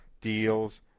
deals